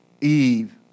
Eve